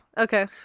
Okay